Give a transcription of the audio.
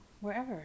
wherever